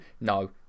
no